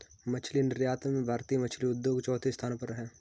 मछली निर्यात में भारतीय मछली उद्योग चौथे स्थान पर है